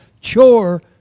chore